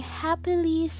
happily